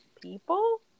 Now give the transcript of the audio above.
people